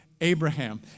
Abraham